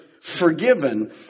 forgiven